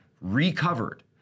recovered